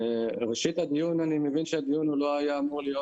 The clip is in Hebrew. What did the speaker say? ראשית, אני מבין שדיון לא היה אמור להיות